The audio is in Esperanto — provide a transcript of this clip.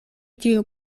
tiu